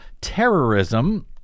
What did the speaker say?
terrorism